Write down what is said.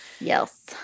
yes